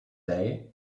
day